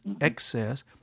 excess